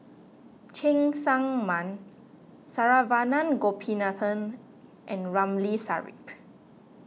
Cheng Tsang Man Saravanan Gopinathan and Ramli Sarip